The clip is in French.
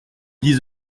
dix